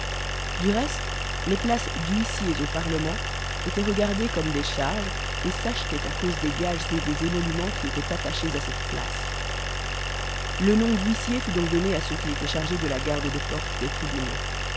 du reste les places d'huissiers au parlement étaient regardées comme des charges et s'achetaient à cause des gages et des émolumens qui étaient attachés à cette place le nom d'huissier fut donc donné à ceux qui étaient chargés de la garde des portes des tribunaux